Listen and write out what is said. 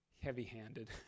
heavy-handed